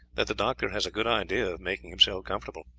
that the doctor has a good idea of making himself comfortable.